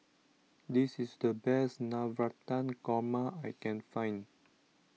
this is the best Navratan Korma I can find